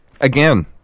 Again